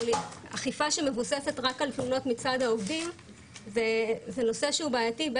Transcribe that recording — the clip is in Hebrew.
אכיפה שמבוססת רק על תלונות מצד העובדים זה נושא שהוא בעייתי,